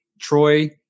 Troy